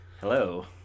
Hello